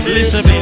Listen